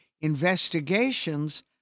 investigations